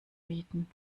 bieten